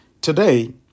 Today